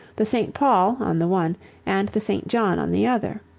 the st. paul on the one and the st. john on the other.